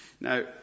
Now